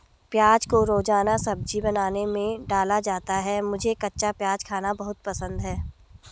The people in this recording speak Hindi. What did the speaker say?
प्याज को रोजाना सब्जी बनाने में डाला जाता है मुझे कच्चा प्याज खाना बहुत पसंद है